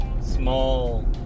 small